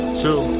two